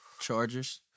Chargers